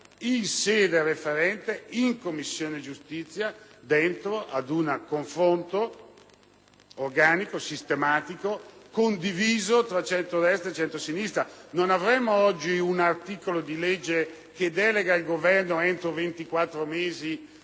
in sede referente in Commissione giustizia, nell'ambito di un confronto organico e sistematico, condiviso tra centrodestra e centrosinistra. Oggi, non avremmo un articolo di legge che delega il Governo a produrre